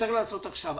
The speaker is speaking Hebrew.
שצריך לעשות עכשיו.